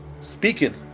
speaking